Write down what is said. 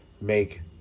make